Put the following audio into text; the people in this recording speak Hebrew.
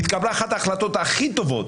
התקבלה אחת ההחלטות הכי טובות,